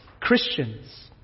Christians